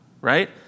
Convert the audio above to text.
Right